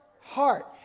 heart